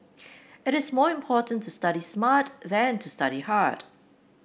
it is more important to study smart than to study hard